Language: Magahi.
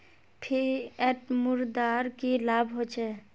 फिएट मुद्रार की लाभ होचे?